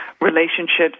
relationships